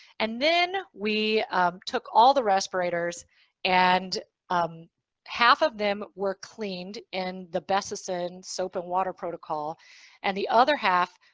and then we took all the respirators and um half of them were cleaned in the bessesen soap and water protocol and the other half